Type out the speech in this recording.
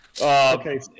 Okay